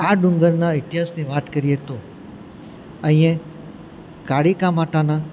આ ડુંગરના ઇતિહાસની વાત કરીએ તો અહીં કાળિકા માતાના